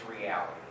reality